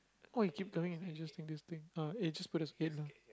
why you keep coming and adjusting this thing ah eh just put as eight lah